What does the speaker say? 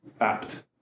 apt